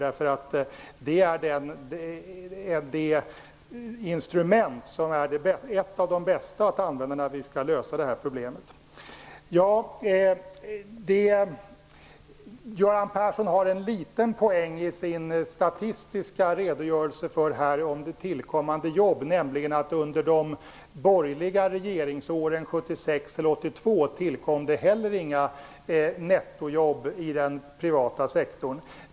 Det är ett av de bästa instrumenten att använda när vi skall lösa detta problem. Göran Persson har en liten poäng i sin statistiska redogörelse för tillkommande jobb, nämligen att under de borgerliga regeringsåren 1976--1982 var nettoeffekten att det inte tillkom några jobb i den privata sektorn.